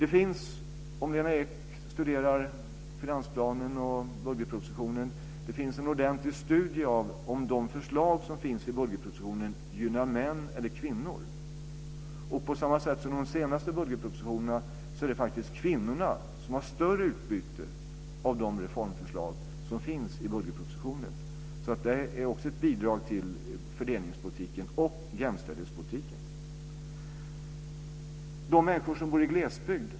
Det finns, om Lena Ek studerar finansplanen och budgetpropositionen, en ordentlig studie av huruvida de förslag som finns i budgetpropositionen gynnar män eller kvinnor. Det är också ett bidrag till fördelningspolitiken och jämställdhetspolitiken.